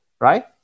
Right